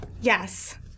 Yes